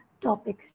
topic